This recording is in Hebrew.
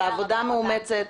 על העבודה המאומצת,